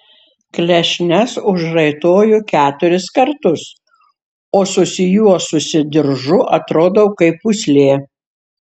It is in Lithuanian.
klešnes užraitoju keturis kartus o susijuosusi diržu atrodau kaip pūslė